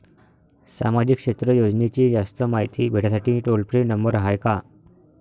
सामाजिक क्षेत्र योजनेची जास्त मायती भेटासाठी टोल फ्री नंबर हाय का?